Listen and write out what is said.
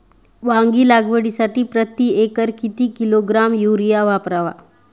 वांगी लागवडीसाठी प्रती एकर किती किलोग्रॅम युरिया वापरावा?